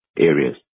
areas